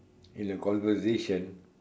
in a conversation